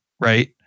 right